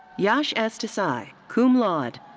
yash s. desai, cum laude.